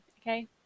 okay